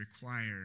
require